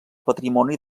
patrimoni